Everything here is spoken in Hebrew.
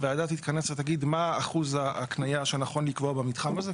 הוועדה תתכנס ותגיד מה אחוז ההקניה שנכון לקבוע במתחם הזה,